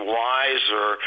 wiser